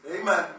Amen